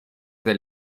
del